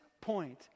point